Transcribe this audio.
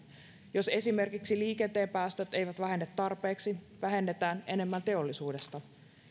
jos esimerkiksi liikenteen päästöt eivät vähene tarpeeksi vähennetään enemmän teollisuudesta